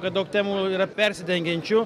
kad daug temų yra persidengiančių